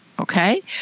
Okay